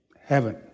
heaven